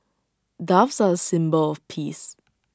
doves are A symbol of peace